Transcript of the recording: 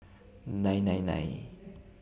nine nine nine